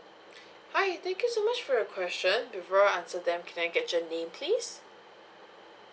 hi thank you so much for your question before I answer them can I get your name please